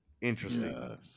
Interesting